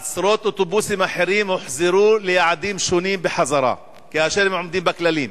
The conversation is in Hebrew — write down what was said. עשרות אוטובוסים אחרים הוחזרו ליעדים שונים כאשר הם עומדים בכללים